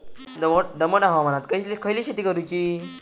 दमट हवामानात खयली शेती करूची?